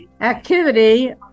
activity